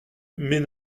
mais